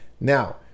now